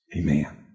Amen